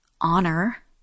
honor